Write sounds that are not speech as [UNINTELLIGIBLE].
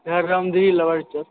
[UNINTELLIGIBLE]